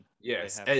Yes